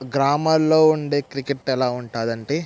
గ్రామాల్లో ఉండే క్రికెట్ ఎలా ఉంటుందంటే